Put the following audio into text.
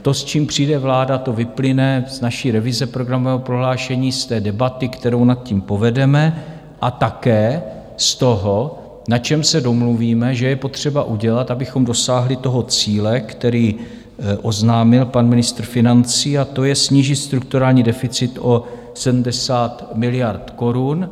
To, s čím přijde vláda, to vyplyne z naší revize programového prohlášení, z debaty, kterou nad tím povedeme, a také z toho, na čem se domluvíme, že je potřeba udělat, abychom dosáhli cíle, který oznámil pan ministr financí, a to je snížit strukturální deficit o 70 miliard korun.